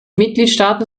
mitgliedstaaten